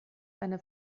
eine